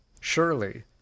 Surely